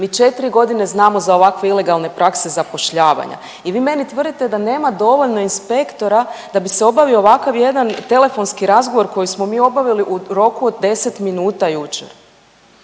Mi 4.g. znamo za ovakve ilegalne prakse zapošljavanja i vi meni tvrdite da nema dovoljno inspektora da bi se obavio ovakav jedan telefonski razgovor koji smo mi obavili u roku od 10 minuta jučer.